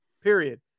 period